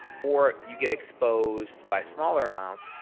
or you get exposed by smaller amounts,